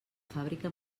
fàbrica